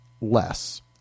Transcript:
less